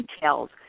details